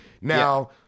Now